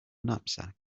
knapsack